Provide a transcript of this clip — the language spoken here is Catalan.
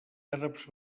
àrabs